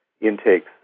intakes